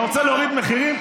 אתה רוצה להוריד מחירים?